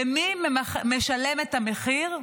ומי משלם את המחיר?